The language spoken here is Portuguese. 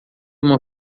uma